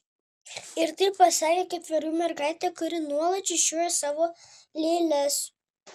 ir tai pasakė ketverių mergaitė kuri nuolat čiūčiuoja savo lėles